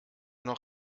noch